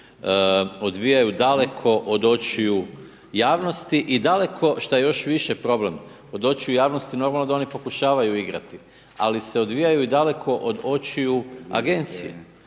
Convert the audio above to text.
odvijaju daleko od očiju javnosti daleko što je još više problem, od očiju javnost, normalno da oni pokušavaju igrati ali se odvijaju i daleko od očiju agencije.